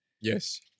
yes